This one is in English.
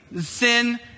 sin